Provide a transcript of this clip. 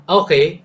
okay